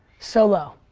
so low,